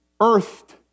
earthed